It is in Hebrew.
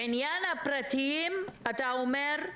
בעניין הפרטיים, אתה אומר,